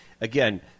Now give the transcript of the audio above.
again